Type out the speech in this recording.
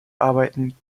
arbeiten